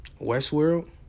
Westworld